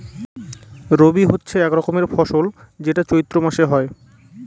রবি হচ্ছে এক রকমের ফসল যেটা চৈত্র মাসে হয়